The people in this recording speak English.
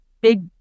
big